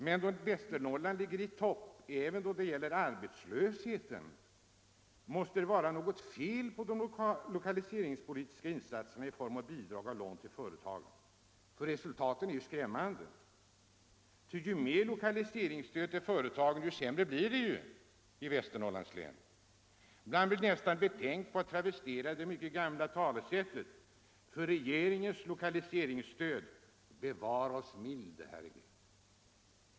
Men då Västernorrland ligger i topp även när det gäller ar — lands län betslösheten måste det vara något fel på de lokaliseringspolitiska insatserna i form av bidrag och lån till företagen. Resultatet är skrämmande, ty ju mer lokaliseringsstöd företagen får, desto sämre blir det i Västernorrlands län. Man blir nästan betänkt att travestera ett gammalt talesätt och säga: För regeringens lokaliseringsstöd bevare oss, milde Herre Gud.